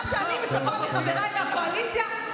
מה שאני מצפה מחבריי מהקואליציה,